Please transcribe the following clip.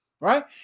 Right